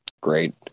great